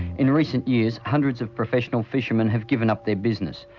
in recent years, hundreds of professional fishermen have given up their business.